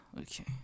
okay